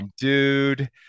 dude